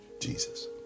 Jesus